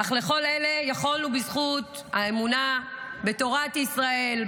אך לכל אלה יכולנו בזכות האמונה בתורת ישראל,